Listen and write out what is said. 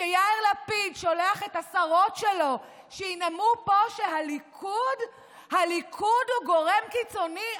כשיאיר לפיד שולח את השרות שלו שינאמו פה שהליכוד הוא גורם קיצוני,